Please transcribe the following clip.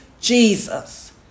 Jesus